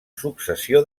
successió